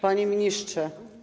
Panie Ministrze!